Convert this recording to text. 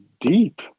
deep